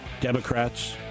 Democrats